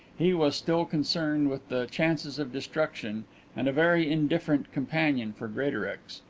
he was still concerned with the chances of destruction and a very indifferent companion for greatorex,